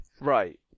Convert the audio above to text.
right